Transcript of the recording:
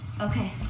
Okay